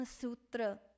Sutra